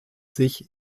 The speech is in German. sich